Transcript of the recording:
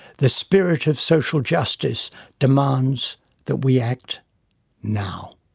the spirit of social justice demands that we act now.